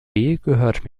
gehört